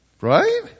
Right